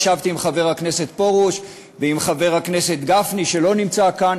עם חבר הכנסת פרוש ועם חבר הכנסת גפני שלא נמצא כאן,